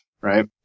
right